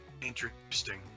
interesting